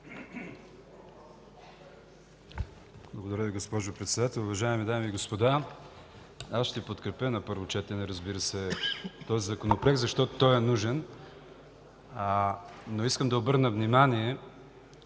Благодаря Ви, госпожо Председател. Уважаеми дами и господа, аз ще подкрепя на първо четене, разбира се, този Законопроект, защото той е нужен, но искам да обърна внимание